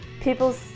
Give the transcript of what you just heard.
people